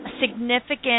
significant